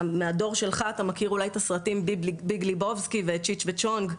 מהדור שלך אתה אולי מכיר את הסרטים ביג לבובסקי וצ'ץ' וצ'ונג.